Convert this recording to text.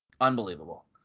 unbelievable